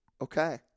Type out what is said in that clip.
Okay